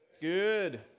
Good